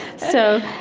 so,